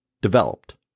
developed